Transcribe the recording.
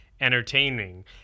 entertaining